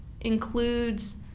includes